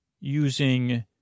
using